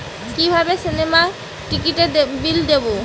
কিভাবে সিনেমার টিকিটের বিল দেবো?